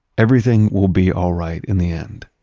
everything will be alright in the end,